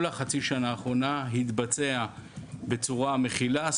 חצי השנה האחרונה התבצע בצורה מכילה,